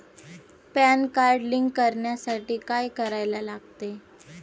Pan card link करण्यासाठी काय करायला लागते?